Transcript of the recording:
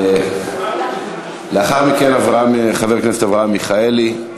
לאחר מכן, חבר הכנסת אברהם מיכאלי.